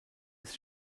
ist